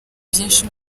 byinshi